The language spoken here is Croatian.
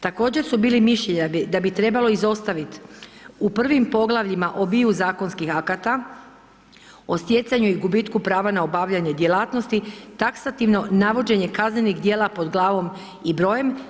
Također su bili mišljenja da bi trebalo izostaviti u prvim poglavljima obiju zakonskih akata o stjecanju i gubitku prava na obavljanje djelatnosti, taksativno navođenje kaznenih dijela pod glavom i brojem.